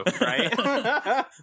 right